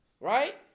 Right